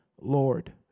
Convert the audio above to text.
Lord